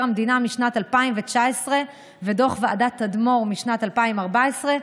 המדינה משנת 2019 ודוח ועדת תדמור משנת 2014,